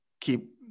keep